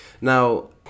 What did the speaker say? now